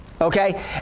Okay